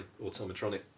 automatronic